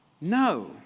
No